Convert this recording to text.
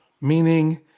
Meaning